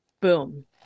Boom